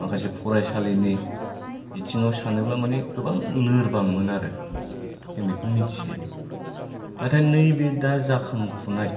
माखासे फरायसालिनि बिथिङाव सानोब्ला माने गोबां लोरबांमोन आरो जों बेखौ मोनथियो नाथाय नै बे दा जाखांफुनाय